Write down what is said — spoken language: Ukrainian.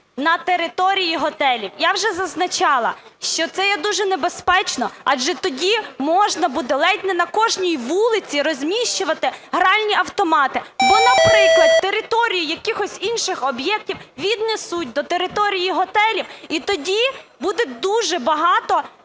на території готелів. Я вже зазначала, що це є дуже небезпечно, адже тоді можна буде ледь не на кожній вулиці розміщувати гральні автомати, бо, наприклад, території якихось інших об'єктів віднесуть до території готелів і тоді буде дуже багато